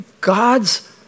God's